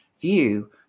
view